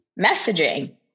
messaging